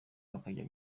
bakajya